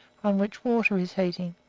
on which water is heating.